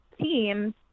team